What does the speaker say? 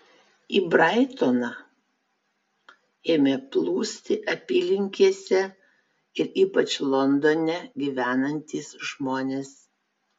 į braitoną ėmė plūsti apylinkėse ir ypač londone gyvenantys žmonės